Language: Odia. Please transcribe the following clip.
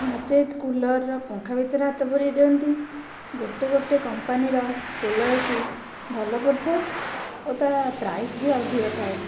ନଚେତ୍ କୁଲର୍ର ପଙ୍ଖା ଭିତରେ ହାତ ପୁରାଇ ଦିଅନ୍ତି ଗୋଟେ ଗୋଟେ କମ୍ପାନୀର୍ କୁଲର୍ଟି ଭଲ ପଡ଼ି ଥାଏ ଓ ତା ପ୍ରାଇସ୍ ବି ଅଧିକ ଥାଏ